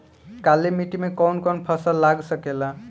काली मिट्टी मे कौन कौन फसल लाग सकेला?